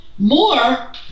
more